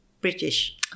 British